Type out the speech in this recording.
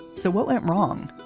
so what went wrong.